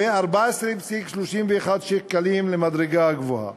ו-14.31 שקלים למדרגה הגבוהה.